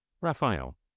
Raphael